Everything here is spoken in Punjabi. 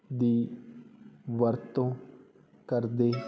ਦੀ ਵਰਤੋਂ ਕਰਦੇ